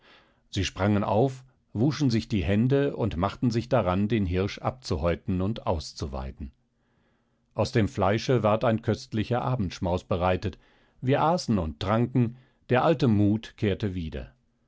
sie sprangen auf wuschen sich die hände und machten sich daran den hirsch abzuhäuten und auszuweiden aus dem fleische ward ein köstlicher abendschmaus bereitet wir aßen und tranken der alte mut kehrte wieder